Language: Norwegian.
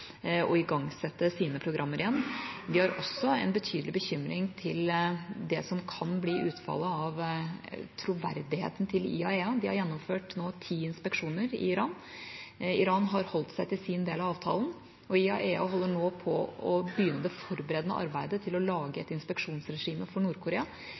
igangsette sine programmer igjen. Vi har også en betydelig bekymring for det som kan bli utfallet av troverdigheten til IAEA. De har nå gjennomført ti inspeksjoner i Iran. Iran har holdt seg til sin del av avtalen. IAEA holder nå på å begynne det forberedende arbeidet med å lage et inspeksjonsregime for